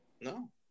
No